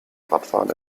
radfahren